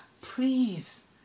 Please